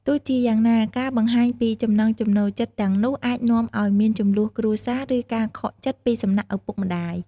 ទោះជាយ៉ាងណា ការបង្ហាញពីចំណង់ចំណូលចិត្តទាំងនោះអាចនាំឲ្យមានជម្លោះគ្រួសារ ឬការខកចិត្តពីសំណាក់ឪពុកម្ដាយ។